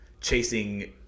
chasing